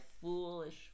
foolish